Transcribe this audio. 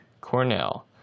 Cornell